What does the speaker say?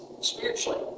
spiritually